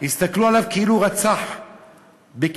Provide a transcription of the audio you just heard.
הסתכלו עליו כאילו הוא רצח בכפל-כפליים.